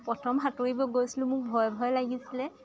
প্ৰথম সাঁতুৰিব গৈছিলোঁ মোক ভয় ভয় লাগিছিলে